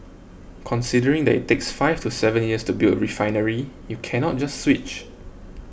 considering that it takes five to seven years to build a refinery you cannot just switch